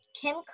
Kim